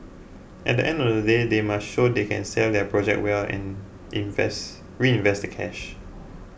at the end of the day they must show they can sell their project well and invest reinvest the cash